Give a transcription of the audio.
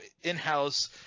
in-house –